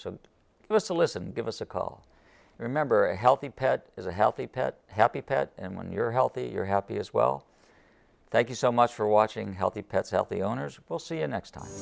so it was to listen give us a call remember a healthy pet is a healthy pet happy pet and when you're healthy you're happy as well thank you so much for watching healthy pets healthy owners will see you next t